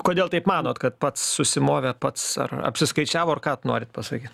kodėl taip manot kad pats susimovė pats ar apsiskaičiavo ar ką norit pasakyt